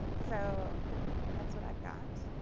so that's what i've got.